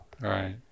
Right